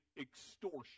extortion